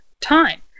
time